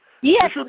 Yes